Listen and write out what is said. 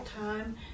time